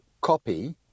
copy